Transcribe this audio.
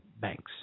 banks